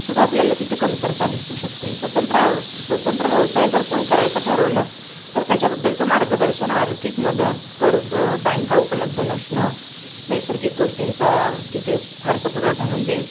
सुद्धा आपल्याला तिथं कमतरता दिसू शकते स्वतंत्र आव स्वतंत्र व्यवसाय जर कोणी करायचं ठरवलं तर त्याच्याबद्दलचं मार्गदर्शन आर्थिक मदत कर्ज बँका उपलब्ध नसणं नैसर्गिक गोष्टींचा तिथे फारसा पुरवठा म्हणजे